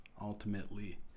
ultimately